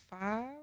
five